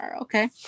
okay